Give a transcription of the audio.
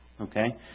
Okay